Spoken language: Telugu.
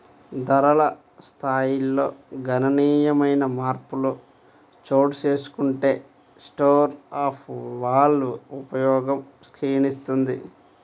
ధరల స్థాయిల్లో గణనీయమైన మార్పులు చోటుచేసుకుంటే స్టోర్ ఆఫ్ వాల్వ్ ఉపయోగం క్షీణిస్తుంది